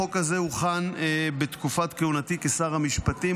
החוק הזה הוכן בתקופת כהונתי כשר המשפטים.